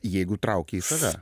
jeigu trauki į save